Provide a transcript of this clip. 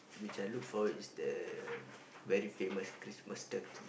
which I look forward is the very famous Christmas turkey